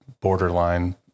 borderline